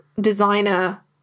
designer